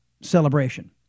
celebration